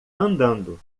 andando